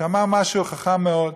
שאמר משהו חכם מאוד.